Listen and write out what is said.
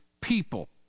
people